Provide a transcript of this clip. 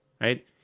right